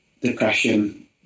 depression